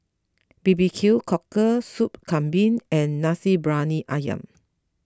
B B Q cockle Sop Kambing and Nasi Briyani Ayam